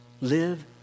Live